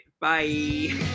bye